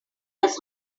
was